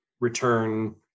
return